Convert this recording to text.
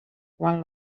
quan